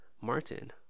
Martin